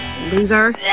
Loser